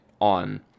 on